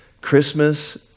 Christmas